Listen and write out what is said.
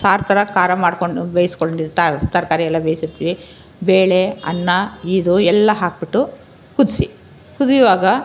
ಸಾರು ಥರ ಖಾರ ಮಾಡಿಕೊಂಡು ಬೇಯಿಸ್ಕೊಂಡಿದ್ದು ತರಕಾರಿಯೆಲ್ಲ ಬೇಯಿಸಿರ್ತೀವಿ ಬೇಳೆ ಅನ್ನ ಇದು ಎಲ್ಲ ಹಾಕಿಬಿಟ್ಟು ಕುದಿಸಿ ಕುದಿಯುವಾಗ